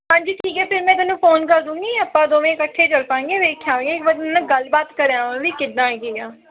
ਹਾਂਜੀ ਠੀਕ ਹੈ ਫਿਰ ਮੈਂ ਤੈਨੂੰ ਫੋਨ ਕਰ ਦੂੰਗੀ ਆਪਾਂ ਦੋਵੇਂ ਇਕੱਠੇ ਚਲ ਪਾਂਗੇ ਵੇਖ ਆਵਾਂਗੇ ਇੱਕ ਵਾਰ ਉਹਨਾਂ ਨਾਲ ਗੱਲਬਾਤ ਕਰ ਆਵਾਂ ਵੀ ਕਿੱਦਾਂ ਕੀ ਆ